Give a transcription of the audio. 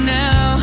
now